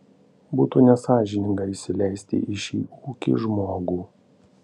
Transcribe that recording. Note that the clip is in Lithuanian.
būtų nesąžininga įsileisti į šį ūkį žmogų